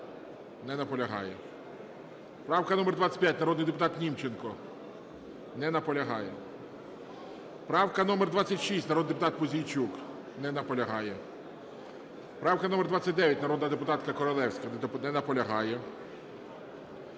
Не наполягає. Правка номер 25, народний депутат Німченко. Не наполягає. Правка номер 26, народний депутат Пузійчук. Не наполягає. Правка номер 29, народна депутатка Королевська. Не наполягає.